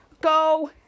go